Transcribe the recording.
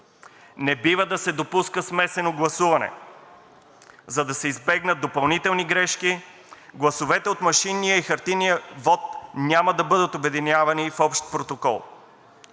Не бива да се допуска смесено гласуване. За да се избегнат допълнителни грешки, гласовете от машинния и хартиения вот няма да бъдат обединявани в общ протокол.